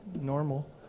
normal